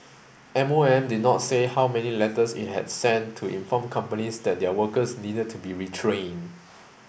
M O M did not say how many letters it had sent to inform companies that their workers needed to be retrained